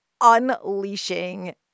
unleashing